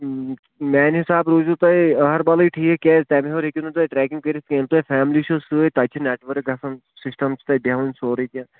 میٛانہِ حِساب روٗزِو تۄہہِ أہربَلٕے ٹھیٖک کیٛازِ تَمہِ ہیوٚر ہیٚکِو نہٕ تُہۍ ٹرٛیکِنٛگ کٔرِتھ کیٚنٛہہ ییٚلہِ تۄہہِ فیملی چھو سۭتۍ تَتہِ چھِ نٮ۪ٹؤرٕک گَژھان سِسٹم چھُ تَتہِ بیٚہوان سورٕے کیٚنٛہہ